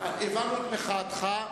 הבנו את מחאתך.